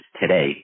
today